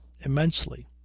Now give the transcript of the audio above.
immensely